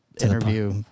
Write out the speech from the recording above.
interview